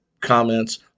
comments